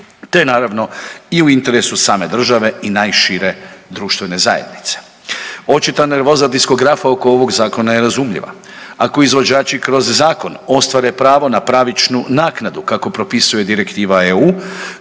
te naravno, i u interesu same države i najšire društvene zajednice. Očita nervoza diskografa oko ovog Zakona je razumljiva. Ako izvođači kroz zakon ostvare pravo na pravičnu naknadu, kako propisuje direktiva EU,